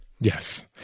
Yes